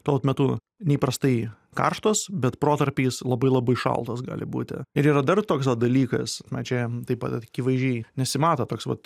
tuo vat metu neįprastai karštos bet protarpiais labai labai šaltos gali būti ir yra dar toks dalykas na čia taip akivaizdžiai nesimato toks vat